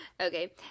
okay